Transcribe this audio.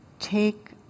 take